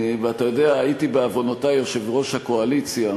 ואתה יודע, הייתי בעוונותי יושב-ראש הקואליציה,